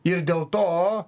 ir dėl to